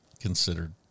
considered